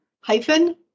hyphen